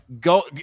Go